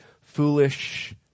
foolish